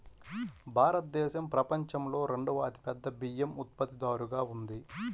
భారతదేశం ప్రపంచంలో రెండవ అతిపెద్ద బియ్యం ఉత్పత్తిదారుగా ఉంది